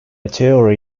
theory